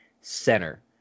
center